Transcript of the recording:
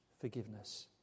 forgiveness